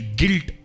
guilt